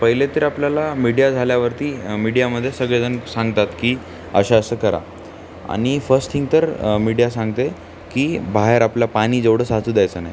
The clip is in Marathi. पहिले तर आपल्याला मीडिया झाल्यावरती मीडियामध्ये सगळेजण सांगतात की असं असं करा आणि फस्ट थिंग तर मीडिया सांगते की बाहेर आपलं पाणी जेवढं साचू द्यायचं नाही